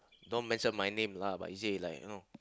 don't mention my name lah but he say like you know